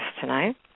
tonight